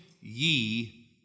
ye